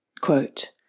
Quote